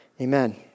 Amen